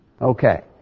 Okay